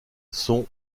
son